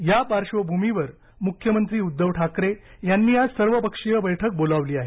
या पार्बंभूमीवर मृख्यमंत्री उद्दव ठाकरे यांनी आज सर्वपक्षीय बैठक बोलावली आहे